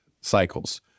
cycles